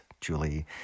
Julie